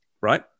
right